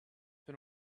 been